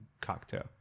cocktail